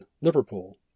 Liverpool